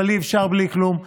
אבל אי-אפשר בלי כלום.